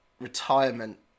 retirement